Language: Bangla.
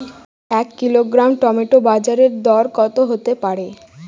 এক কিলোগ্রাম টমেটো বাজের দরকত হতে পারে?